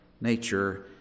nature